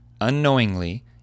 unknowingly